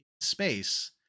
Space